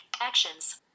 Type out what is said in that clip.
actions